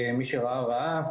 מי שראה, ראה.